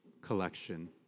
collection